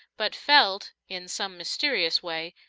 but felt, in some mysterious way,